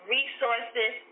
resources